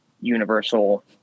universal